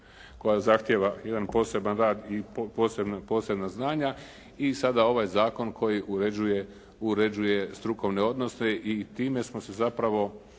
koja zahtijeva jedan poseban rad i posebna znanja i sada ovaj zakon koji uređuje strukovne odnose i time smo se zapravo